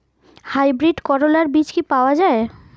Hybrid করলার বীজ কি পাওয়া যায়?